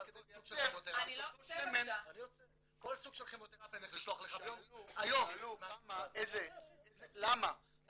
זה כדי לייצר את אותו שם --- שאלו את אותו רופא